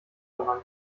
daran